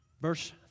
Verse